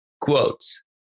quotes